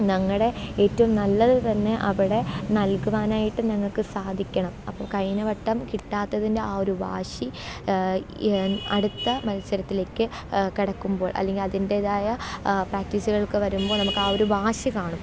ഞങ്ങളുടെ ഏറ്റവും നല്ലത് തന്നെ അവിടെ നല്കുവാനായിട്ട് ഞങ്ങൾക്ക് സാധിക്കണം അപ്പം കഴിഞ്ഞ വട്ടം കിട്ടാത്തതിന്റെ ആ ഒരു വാശി അടുത്ത മത്സരത്തിലേക്ക് കടക്കുമ്പോള് അല്ലെങ്കില് അതിന്റേതായ പ്രക്ടീസുകള്ക്ക് വരുമ്പോള് നമുക്ക് ആ ഒരു വാശി കാണും